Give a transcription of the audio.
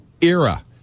era